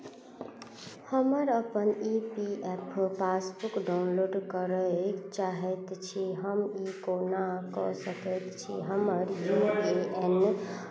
हमर अपन E P F O passbook download करैक चाहैत छी हम ई कोना कऽ सकैत छी हमर यू ए एन